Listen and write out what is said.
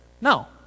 No